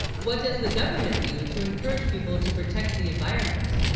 what does the government, do to encourage people to protect the environment